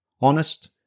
honest